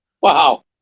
Wow